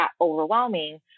overwhelming